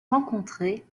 rencontrés